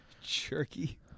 Jerky